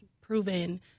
proven